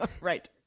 Right